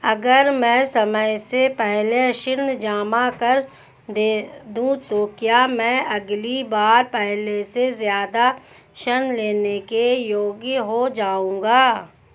अगर मैं समय से पहले ऋण जमा कर दूं तो क्या मैं अगली बार पहले से ज़्यादा ऋण लेने के योग्य हो जाऊँगा?